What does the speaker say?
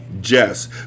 Jess